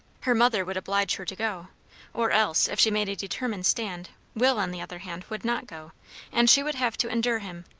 her mother would oblige her to go or else, if she made a determined stand, will on the other hand would not go and she would have to endure him,